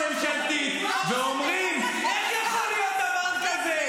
הם פונים בקבוצת הווטסאפ הממשלתית ואומרים: איך יכול להיות דבר כזה?